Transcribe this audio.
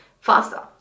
faster